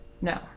No